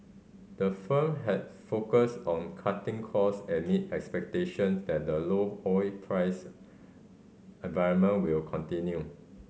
the firm has focused on cutting cost amid expectations that the low oil price environment will continue